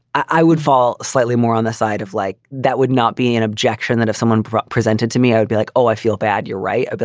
i would fall slightly more on the side of like that would not be an objection that if someone presented to me, i would be like, oh, i feel bad. you're right. but